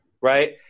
right